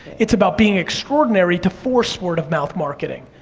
it's about being extraordinary to force word of mouth marketing.